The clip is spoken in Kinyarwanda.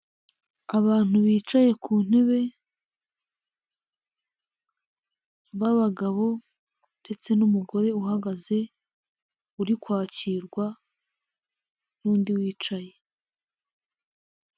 Abantu bicaye ku ntebe b'abagabo ndetse n'umugore uhagaze uri kwakirwa n'undi wicaye.